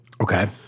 Okay